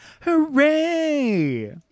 Hooray